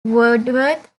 woodworth